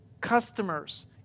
customers